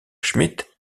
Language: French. schmidt